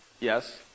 Yes